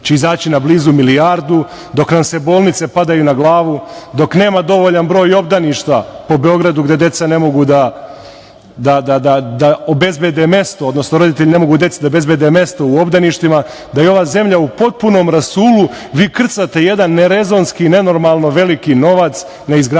će izaći na blizu milijardu, dok nam se bolnice, padaju na glavu, dok nema dovoljan broj obdaništa po Beogradu, gde deci ne mogu da obezbede mesto roditelji u obdaništima, da je ova zemlja u potpunom rasulu, vi krcate jedan ne rezonski nenormalno veliki novac na izgradnju